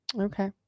Okay